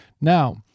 Now